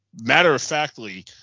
matter-of-factly